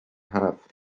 half